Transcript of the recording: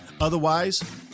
otherwise